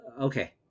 Okay